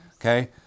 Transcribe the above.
Okay